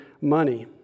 money